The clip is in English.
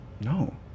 No